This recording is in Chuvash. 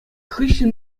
хыҫҫӑн